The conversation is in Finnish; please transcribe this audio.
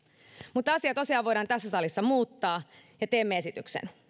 mutta asia tosiaan voidaan tässä salissa muuttaa ja teemme esityksen